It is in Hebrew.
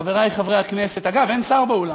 חברי חברי הכנסת, אגב, אין שר באולם.